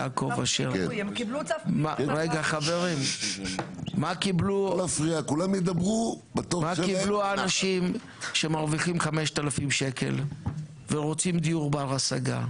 יעקב אשר, ורוצים דיור בר השגה?